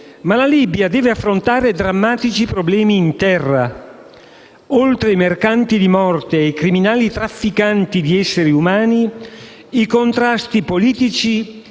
La Libia deve però affrontare anche drammatici problemi in terra. Oltre ai mercanti di morte e ai criminali trafficanti di esseri umani, vi sono i contrasti politici,